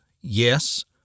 yes